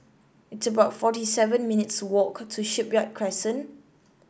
it's about forty seven minutes' walk to Shipyard Crescent